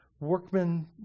workmen